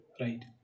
right